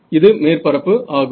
இது மேற்பரப்பு ஆகும்